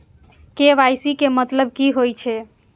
KYC के मतलब कि होई छै?